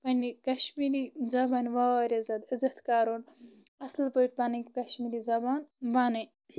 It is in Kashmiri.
پنٕنہِ کشمیٖری زبانہِ واریاہ زیادٕ عِزت کرُن اصِل پٲٹھی پنٕنۍ کشمیٖری زبان ونٕنۍ